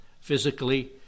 physically